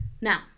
Now